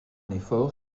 effort